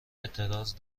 اعتراض